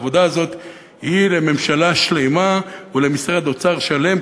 העבודה הזאת היא לממשלה שלמה ולמשרד אוצר שלם,